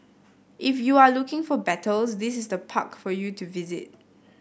if you're looking for battles this is the park for you to visit